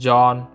John